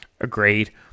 Agreed